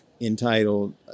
entitled